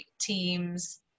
team's